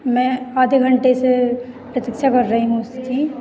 मैं आधे घंटे से प्रतीक्षा कर रही हूँ उसकी